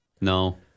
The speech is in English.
No